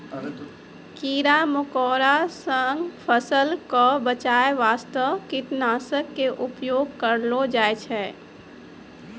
कीड़ा मकोड़ा सॅ फसल क बचाय वास्तॅ कीटनाशक के उपयोग करलो जाय छै